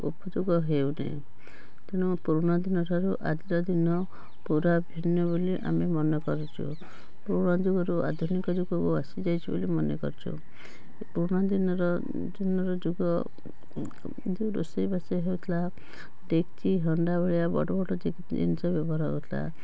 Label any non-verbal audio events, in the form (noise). ଉପଯୋଗ ହେଉନାହିଁ ତେଣୁ ପୁରୁଣା ଦିନଠାରୁ ଆଜିରଦିନ ପୁରା ଭିନ୍ନ ବୋଲି ଆମେ ମନେ କରୁଛୁ ପୁରୁଣା ଯୁଗରୁ ଆଧୁନିକ ଯୁଗକୁ ଆସି ଯାଇଛୁ ବୋଲି ମନେକରୁଛୁ ପୁରୁଣା ଦିନର (unintelligible) ଯୁଗ ଯେଉଁ ରୋଷେଇବାସ ହଉଥିଲା ଡେକଚି ହଣ୍ଡା ଭଳିଆ ବଡ଼ବଡ଼ ଯେମିତି ଜିନିଷ ବ୍ୟବହାର ହଉଥିଲା